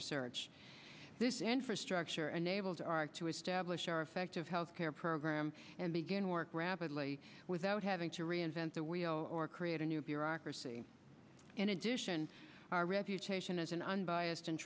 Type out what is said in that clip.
research this infrastructure enables our to establish our effective health care program and begin work rapidly without having to reinvent the wheel or create a new bureaucracy in addition our reputation as an unbiased